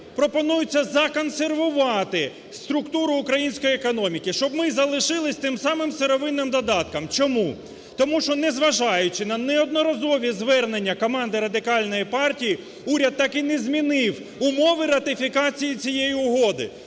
Пропонується законсервувати структуру української економіки. Щоб ми залишились тим самим сировинним додатком. Чому? Тому що, незважаючи на неодноразові звернення команди Радикальної партії, уряд так і не змінив умови ратифікації цієї угоди.